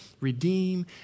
redeem